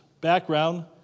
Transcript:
background